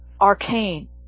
arcane